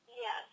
Yes